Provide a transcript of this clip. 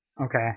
Okay